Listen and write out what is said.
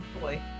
Boy